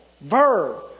Verb